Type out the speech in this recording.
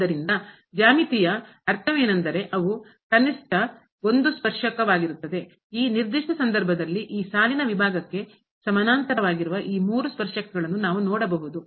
ಆದ್ದರಿಂದ ಜ್ಯಾಮಿತೀಯ ಅರ್ಥವೇನೆಂದರೆ ಅವು ಕನಿಷ್ಠ ಒಂದು ಸ್ಪರ್ಶಕವಾಗಿರುತ್ತದೆ ಈ ನಿರ್ದಿಷ್ಟ ಸಂದರ್ಭದಲ್ಲಿ ಈ ಸಾಲಿನ ವಿಭಾಗಕ್ಕೆ ಸಮಾನಾಂತರವಾಗಿರುವ ಈ ಮೂರು ಸ್ಪರ್ಶಕಗಳನ್ನು ನಾವು ನೋಡಬಹುದು